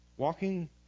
Walking